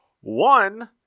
one